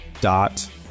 dot